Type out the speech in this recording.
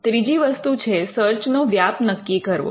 ત્રીજી વસ્તુ છે સર્ચ નો વ્યાપ નક્કી કરવો